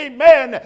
Amen